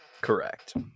Correct